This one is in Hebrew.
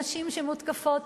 נשים שמותקפות,